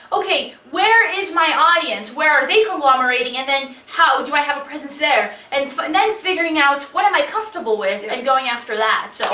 okay, where is my audience? where are they collaborating and then how, do i have a presence there? and so and then figuring out, what am i comfortable with? and gong after that, so